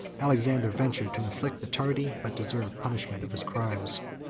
alexander ventured to inflict the tardy but deserved punishment of his crimes.